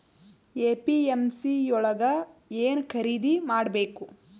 APMC ಯೊಳಗ ಏನ್ ಖರೀದಿದ ಮಾಡ್ಬೇಕು?